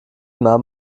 nahm